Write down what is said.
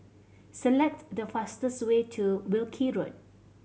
select the fastest way to Wilkie Road